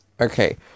Okay